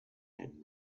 had